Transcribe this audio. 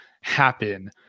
happen